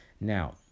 now